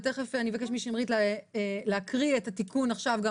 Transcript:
ותכף אני אבקש משמרית להקריא את התיקון הנוסף עכשיו שגם